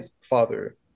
father